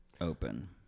open